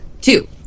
Two